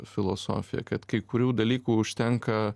filosofija kad kai kurių dalykų užtenka